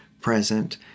present